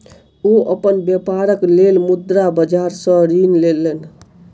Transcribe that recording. ओ अपन व्यापारक लेल मुद्रा बाजार सॅ ऋण लेलैन